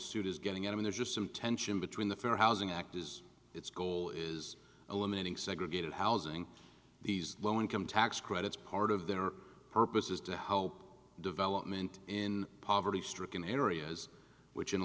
is getting at and there's just some tension between the fair housing act is its goal is eliminating segregated housing these low income tax credits part of their purpose is to help development in poverty stricken areas which in a